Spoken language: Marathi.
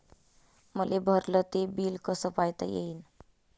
मले भरल ते बिल कस पायता येईन?